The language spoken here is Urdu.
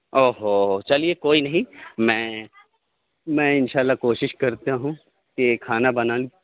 او ہو چلیے کوئی نہیں میں میں ان شاء اللہ کوشش کرتا ہوں کہ کھانا بنا